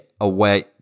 away